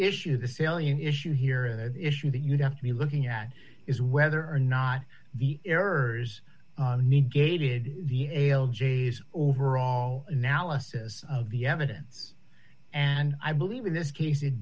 issue the salient issue here and the issue that you'd have to be looking at is whether or not the errors negated the ale jay's overall analysis of the evidence and i believe in this case it